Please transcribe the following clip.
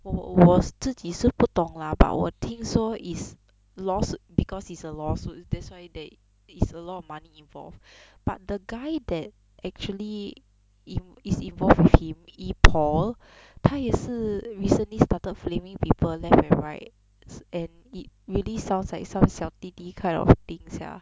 我我我自己是不懂 lah but 我听说 is laws~ because he's a lawsuit this why there is a lot of money involved but the guy that actually in is involved with him E paul 他也是 recently started flaming people left and right and it really sounds like some 小弟弟 kind of things sia